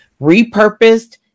repurposed